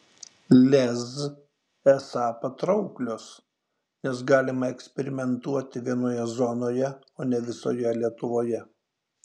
lez esą patrauklios nes galima eksperimentuoti vienoje zonoje o ne visoje lietuvoje